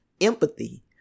empathy